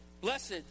Blessed